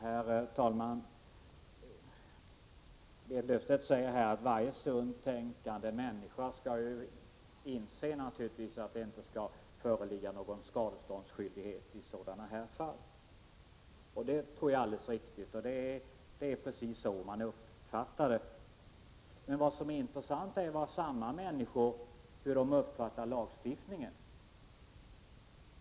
Herr talman! Berit Löfstedt säger att varje sunt tänkande människa inser att det inte skall föreligga någon skadeståndsskyldighet i de aktuella fallen. Det tror jag är helt riktigt — det är precis så det hela uppfattas. Men det intressanta är hur samma människor uppfattar lagstiftningen.